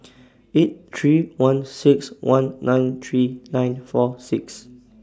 eight three one six one nine three nine four six